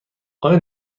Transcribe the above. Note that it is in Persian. آیا